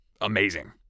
amazing